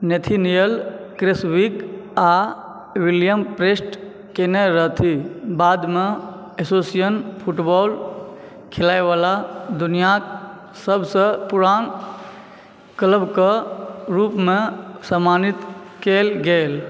Nathaniel Creswick आ William Prest कयने रहथि बादमे एशोशिएशन फुटबॉल खेलयवला दुनिआँ सभसँ पुरान क्लबके रूपमे सम्मानित कयल गेल